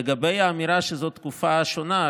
לגבי האמירה שזו תקופה שונה,